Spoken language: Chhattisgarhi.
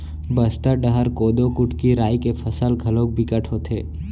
बस्तर डहर कोदो, कुटकी, राई के फसल घलोक बिकट होथे